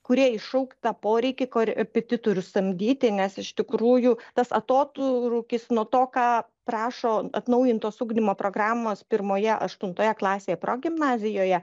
kurie iššauk tą poreikį korepetitorius samdyti nes iš tikrųjų tas atotrūkis nuo to ką prašo atnaujintos ugdymo programos pirmoje aštuntoje klasėje progimnazijoje